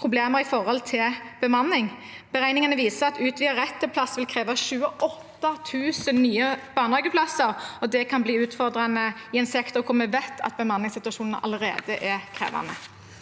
problemer med bemanning. Beregningene viser at utvidet rett til plass vil kreve 28 000 nye barnehageplasser, og det kan bli utfordrende i en sektor hvor vi vet at bemanningssituasjonen allerede er krevende.